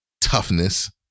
toughness